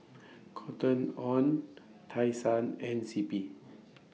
Cotton on Tai Sun and C P